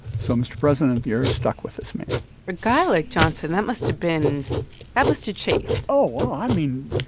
so, mr. president, you're stuck with this man a guy like johnson that must've been that must've chafed oh, i mean,